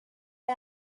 the